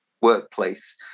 workplace